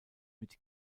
mit